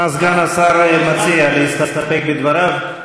מה סגן השר מציע, להסתפק בדבריו?